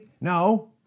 No